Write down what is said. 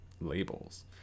Labels